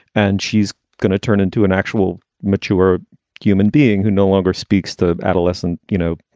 and she's going to turn into an actual mature human being who no longer speaks to adolescent, you know,